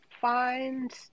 find